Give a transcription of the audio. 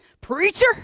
Preacher